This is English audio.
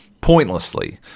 Pointlessly